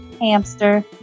hamster